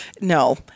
no